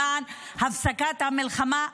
למען הפסקת המלחמה.